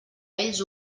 ells